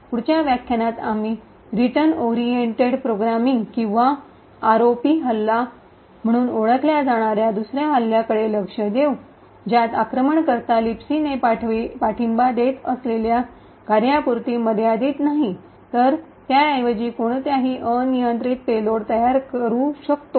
पुढच्या व्याख्यानात आम्ही रिटर्न ओरिएंटेड प्रोग्रामिंग किंवा आरओपी हल्ला म्हणून ओळखल्या जाणार्या दुसर्या हल्ल्याकडे लक्ष देऊ ज्यात आक्रमणकर्ता लिबसीने पाठिंबा देत असलेल्या कार्यपुरता मर्यादित नाही तर ऐवजी कोणताही अनियंत्रित पेलोड तयार करू शकतो